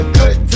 good